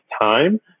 time